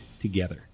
together